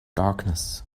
darkness